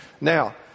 Now